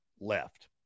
left